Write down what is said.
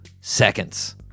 seconds